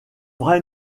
vrai